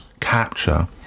capture